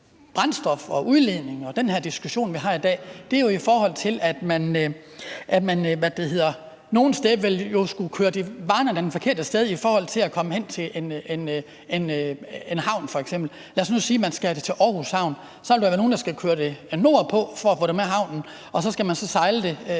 brændstof og udledning og den diskussion, vi har i dag, opstår, er, når man nogle steder ville skulle køre varerne i den forkerte retning for at komme hen til f.eks. en havn. Lad os nu sige, at man skal have det til Aarhus Havn. Så vil der være nogen, der skal køre det nordpå for at få det til havnen, og så skal man sejle det